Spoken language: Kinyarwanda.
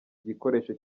gikoresho